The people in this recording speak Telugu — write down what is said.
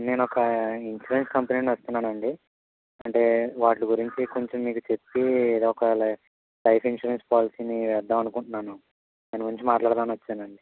నేను ఒక ఇన్సూరెన్స్ కంపెనీ నుండి వస్తున్నాను అండి అంటే వాటి గురించి కొంచెం మీకు చెప్పి ఇది ఒక లైఫ్ లైఫ్ ఇన్సూరెన్స్ పాలసీని వేద్దామని అనుకుంటున్నాను దాని గురించి మాట్లాడుదామని వచ్చానండి